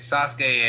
Sasuke